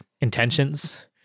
intentions